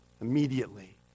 Immediately